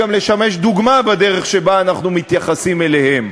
גם לשמש דוגמה בדרך שבה אנחנו מתייחסים אליהם.